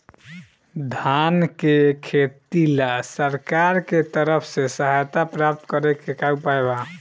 धान के खेती ला सरकार के तरफ से सहायता प्राप्त करें के का उपाय बा?